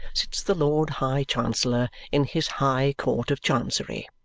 sits the lord high chancellor in his high court of chancery.